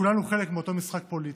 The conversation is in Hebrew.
כולנו חלק מאותו משחק פוליטי.